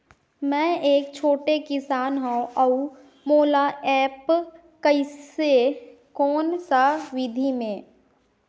मै एक छोटे किसान हव अउ मोला एप्प कइसे कोन सा विधी मे?